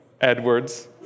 Edwards